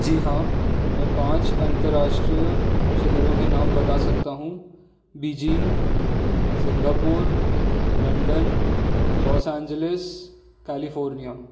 जी हाँ मै पाँच अंतराष्ट्रिय शहरों के नाम बता सकता हूँ Beijing Singapore London Los Angeles California